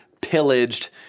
pillaged